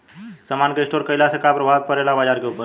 समान के स्टोर काइला से का प्रभाव परे ला बाजार के ऊपर?